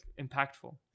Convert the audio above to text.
impactful